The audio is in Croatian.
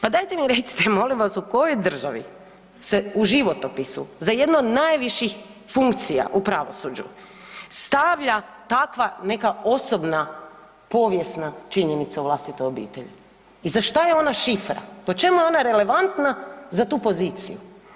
Pa dajte mi recite molim vas u kojoj državi se u životopisu za jednu od najviših funkcija u pravosuđu stavlja takva neka osobna povijesna činjenica u vlastitoj obitelji i za šta je ona šifra, po čemu je ona relevantna za tu poziciju.